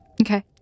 Okay